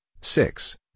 six